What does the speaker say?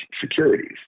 securities